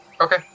Okay